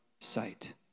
sight